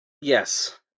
Yes